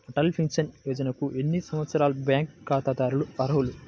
Atal pension యోజనకు ఎన్ని సంవత్సరాల బ్యాంక్ ఖాతాదారులు అర్హులు?